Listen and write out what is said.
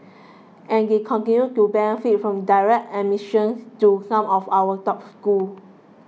and they continue to benefit from direct admissions to some of our top schools